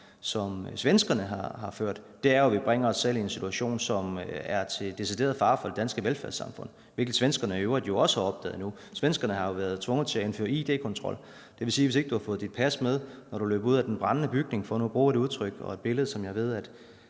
som svenskerne har ført, er, at vi bringer os selv i en situation, som er til decideret fare for det danske velfærdssamfund, hvilket svenskerne i øvrigt jo også har opdaget nu med deres. Svenskerne har jo været tvunget til at indføre id-kontrol, dvs. at hvis ikke du har fået dit pas med, når du løber ud af den brændende bygning, for nu at bruge et udtryk og et billede, som jeg ved,